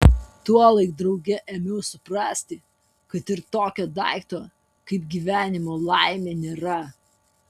tuolaik drauge ėmiau suprasti kad ir tokio daikto kaip gyvenimo laimė nėra